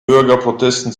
bürgerprotesten